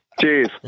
Cheers